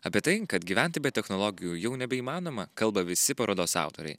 apie tai kad gyventi be technologijų jau nebeįmanoma kalba visi parodos autoriai